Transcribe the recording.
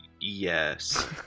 yes